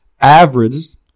averaged